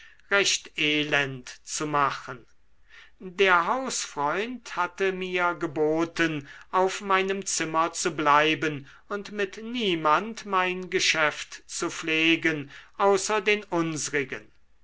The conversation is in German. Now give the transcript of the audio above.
recht elend zu machen der hausfreund hatte mir geboten auf meinem zimmer zu bleiben und mit niemand mein geschäft zu pflegen außer den